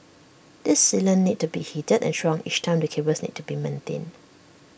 this sealant needed to be heated and shrunk each time the cables need to be maintained